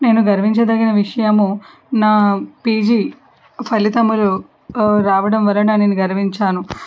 నేను గర్వించదగిన విషయము నా పీజీ ఫలితములు రావడం వలన నేను గర్వించాను